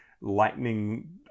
lightning